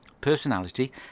personality